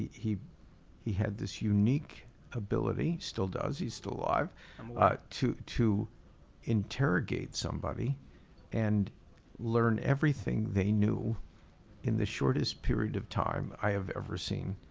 he he had this unique ability, still does, he's still alive um ah to to interrogate somebody and learn everything they knew in the shortest period of time i have ever seen.